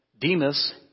Demas